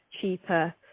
cheaper